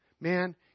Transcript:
Man